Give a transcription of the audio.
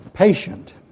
patient